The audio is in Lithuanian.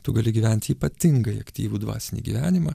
tu gali gyventi ypatingai aktyvų dvasinį gyvenimą